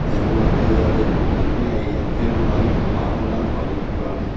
ജനങ്ങൾക്ക് അത് ന നന്മയായി അനുഗ്രഹമായി മാറുന്ന പ്രോജക്റ്റുകളാണ്